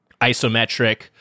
isometric